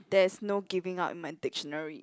there's no giving up in my dictionary